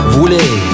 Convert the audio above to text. Voulez